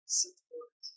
support